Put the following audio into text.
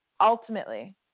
Ultimately